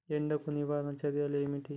ఎండకు నివారణ చర్యలు ఏమిటి?